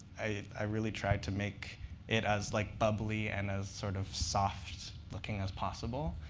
i really tried to make it as like bubbly and as sort of soft-looking as possible.